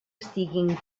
estiguin